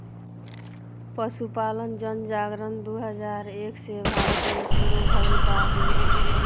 पसुपालन जनगणना दू हजार एक से भारत मे सुरु भइल बावे